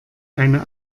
eine